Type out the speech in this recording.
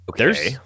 Okay